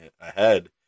ahead